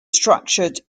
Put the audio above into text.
structured